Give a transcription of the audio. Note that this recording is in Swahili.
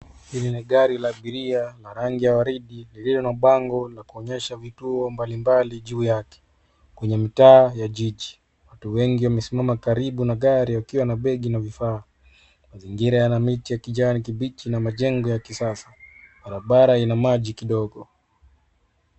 Gari la abiria, la rangi ya waridi, lililo na bango la kuonyesha vituo mbalimbali, juu yake. Kwenye mtaa ya jiji, watu wengi wamesimama karibu na gari, wakiwa na begi na vifaa. Mazingira yana miti ya kijani kibichi, na majengo ya kisasa, barabara ina maji kidogo.